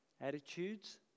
attitudes